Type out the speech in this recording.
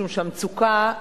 כי המצוקה,